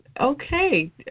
Okay